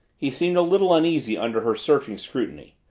he seemed a little uneasy under her searching scrutiny.